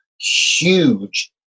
huge